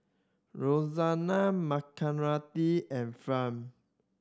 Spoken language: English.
Rozella Margaretta and